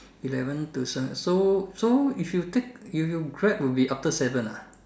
eleven to seven so so if you take if you Grab will be after seven ah